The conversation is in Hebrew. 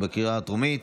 לקריאה הטרומית.